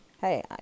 Hey